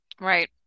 right